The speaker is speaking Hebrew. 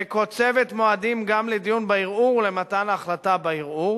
וקוצבת מועדים גם לדיון בערעור ולמתן החלטה בערעור